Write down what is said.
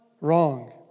wrong